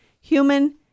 human